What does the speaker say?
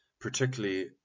particularly